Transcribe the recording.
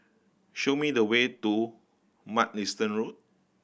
show me the way to Mugliston Road